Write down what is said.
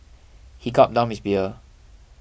he gulped down his beer